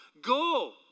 Go